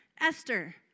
Esther